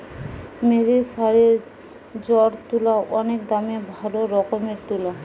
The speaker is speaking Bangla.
মেরিসারেসজড তুলা অনেক দামের ভালো রকমের তুলা